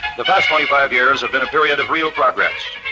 the five years have been a period of real progress.